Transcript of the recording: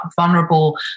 vulnerable